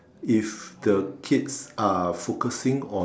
if the kids are focusing on